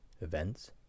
events